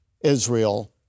Israel